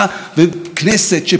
בערבות ההדדית שלנו.